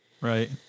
Right